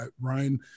Ryan